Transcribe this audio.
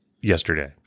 yesterday